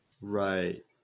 right